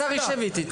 השר יישב איתי.